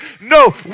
No